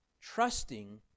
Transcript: trusting